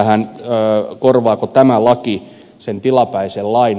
piirainen korvaako tämä laki sen tilapäisen lain